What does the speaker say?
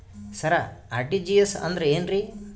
ಸರ RTGS ಅಂದ್ರ ಏನ್ರೀ?